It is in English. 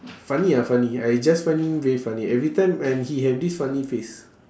funny ah funny I just find him very funny every time and he have this funny face